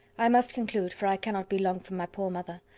i must conclude, for i cannot be long from my poor mother.